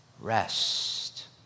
rest